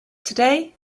today